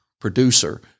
producer